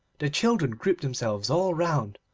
the children grouped themselves all round,